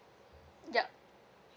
yup